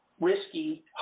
risky